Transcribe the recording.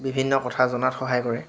বিভিন্ন কথা জনাত সহায় কৰে